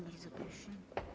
Bardzo proszę.